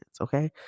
okay